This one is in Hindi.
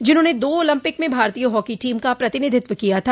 जिन्होंने दो ओलम्पिक में भारतीय हॉकी टीम का प्रतिनिधित्व किया था